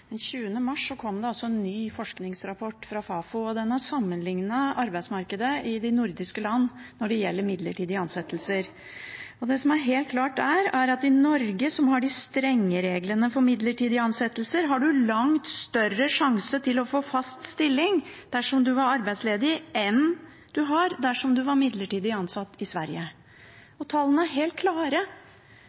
20. mars kom det en ny forskningsrapport fra Fafo, og den sammenliknet arbeidsmarkedet i de nordiske land når det gjelder midlertidige ansettelser. Det som er helt klart der, er at i Norge, som har strenge regler for midlertidige ansettelser, har man langt større sjanse for å få fast stilling dersom man er arbeidsledig enn man har dersom man er midlertidig ansatt i Sverige. Tallene er helt klare